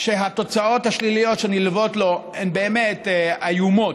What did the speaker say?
שהתוצאות השליליות שנלוות אליו הן באמת איומות.